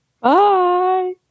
Bye